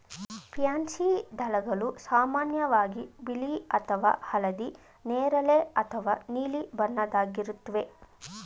pansy ದಳಗಳು ಸಾಮಾನ್ಯವಾಗಿ ಬಿಳಿ ಅಥವಾ ಹಳದಿ ನೇರಳೆ ಅಥವಾ ನೀಲಿ ಬಣ್ಣದ್ದಾಗಿರುತ್ವೆ